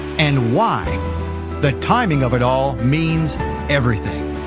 and why the timing of it all means everything.